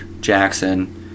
Jackson